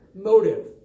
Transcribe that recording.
motive